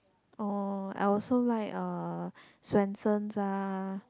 oh I also like uh Swensen's ah